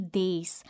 days